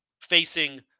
facing